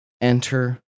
enter